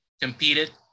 competed